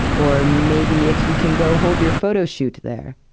or maybe if you can go hold your photo shoot there.